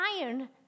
iron